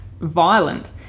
violent